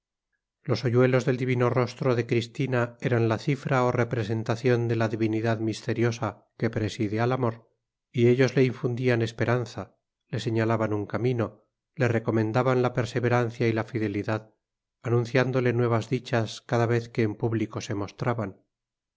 los hoyuelos del divino rostro de cristina eran la cifra o representación de la divinidad misteriosa que preside al amor y ellos le infundían esperanza le señalaban un camino le recomendaban la perseverancia y la fidelidad anunciándole nuevas dichas cada vez que en público se mostraban